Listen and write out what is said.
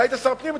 אתה היית שר הפנים,